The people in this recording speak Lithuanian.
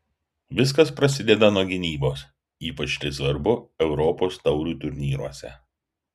viskas prasideda nuo gynybos ypač tai svarbu europos taurių turnyruose